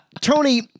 Tony